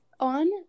On